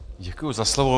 Děkuji za slovo.